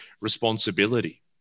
responsibility